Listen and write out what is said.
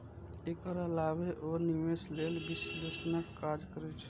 एकर अलावे ओ निवेश लेल विश्लेषणक काज करै छै